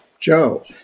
Joe